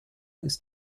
ist